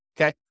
Okay